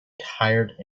tired